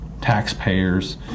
taxpayers